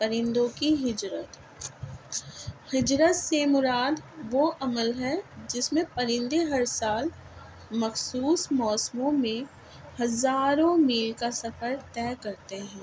پرندوں کی ہجرت ہجرت سے مراد وہ عمل ہے جس میں پرندے ہر سال مخصوص موسموں میں ہزاروں میل کا سفر طے کرتے ہیں